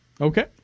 Okay